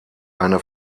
eine